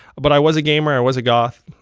but i was a gamer. i was a goth.